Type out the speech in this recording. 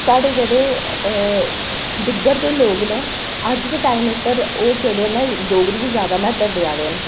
साढ़े जेह्ड़े डुग्गर दे लोक न अज्ज दे टाइम उप्पर ओह् जेह्ड़े न डोगरी गी जैदा म्हत्ता देआ दे न